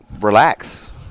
Relax